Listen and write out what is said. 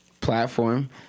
platform